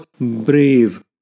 brave